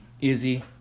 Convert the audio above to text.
Izzy